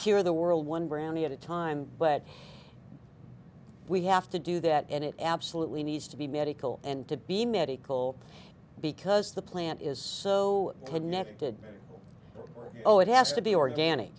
cure the world one brownie at a time but we have to do that and it absolutely needs to be medical and to be medical because the plant is so connected oh it has to be organic